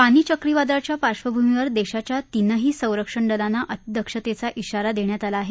फानी चक्रीवादळाच्या पार्श्वभूमीवर देशाच्या तीनही संरक्षण दलांना अतिदक्षतेचा श्राारा देण्यात आला आहे